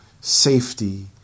safety